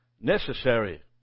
necessary